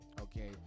Okay